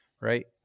right